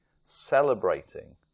celebrating